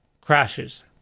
crashes